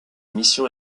missions